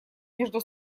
между